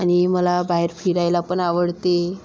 आणि मला बाहेर फिरायला पण आवडते